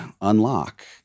unlock